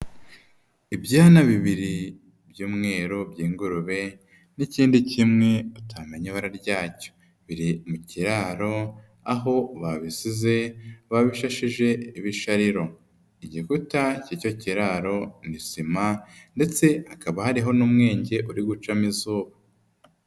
Ibyana bibiri by'umweru by'ingurube, n'ikindi kimwe utamenya ibara ryacyo. Biri mu kiraro aho babisize, babishashije ibishariro. Igikuta k'icyo kiraro ni sima, ndetse hakaba hariho n'umwenge uri gucamo izuba.